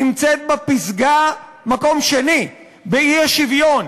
נמצאת בפסגה, מקום שני, באי-שוויון,